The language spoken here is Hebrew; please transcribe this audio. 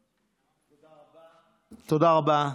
תודה רבה.